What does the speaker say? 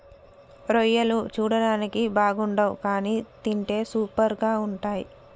రొయ్యలు చూడడానికి బాగుండవ్ కానీ తింటే సూపర్గా ఉంటయ్